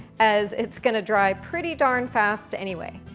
as it's going to dry pretty darn fast anyway.